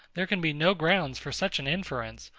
there can be no grounds for such an inference,